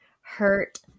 hurt